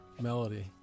melody